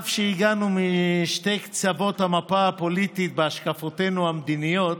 אף שהגענו משני קצות המפה הפוליטית בהשקפותינו המדיניות,